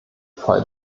voll